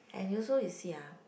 and you also you see ah